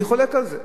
אני חולק על זה.